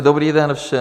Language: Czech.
Dobrý den všem.